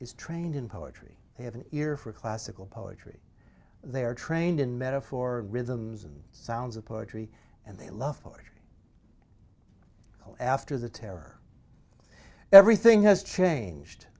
is trained in poetry they have an ear for classical poetry they are trained in metaphor rhythms and sounds of poetry and they love poetry after the terror everything has changed